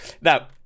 now